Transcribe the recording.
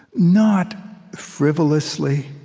not frivolously,